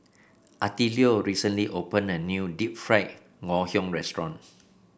Attilio recently opened a new Deep Fried Ngoh Hiang Restaurant